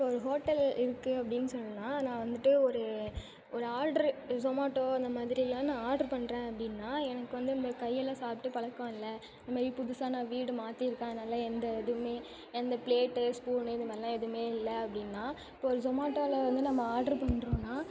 இப்போ ஒரு ஹோட்டல் இருக்குது அப்படின்னு சொன்னால் நான் வந்துட்டு ஒரு ஒரு ஆட்ரு ஸொமாட்டோ இந்த மாதிரியெலாம் நான் ஆட்ரு பண்ணுறேன் அப்படின்னா எனக்கு வந்து இந்த கையால் சாப்பிட்டு பழக்கம் இல்லை இந்தமாதிரி புதுசாக நான் வீடு மாற்றிருக்கேன் அதனால் எந்த எதுவுமே எந்த பிளேட்டு ஸ்பூன்னு இந்தமாதிரிலாம் எதுவுமே இல்லை அப்படின்னா இப்போ ஒரு ஸொமாட்டோவில் வந்து நம்ம ஆட்ரு பண்ணுறோம்னா